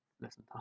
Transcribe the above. listen